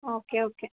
okay okay